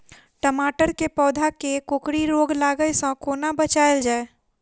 टमाटर केँ पौधा केँ कोकरी रोग लागै सऽ कोना बचाएल जाएँ?